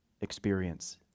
experience